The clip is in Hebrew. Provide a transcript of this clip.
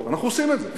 אוקיי,